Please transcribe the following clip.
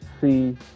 see